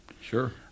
Sure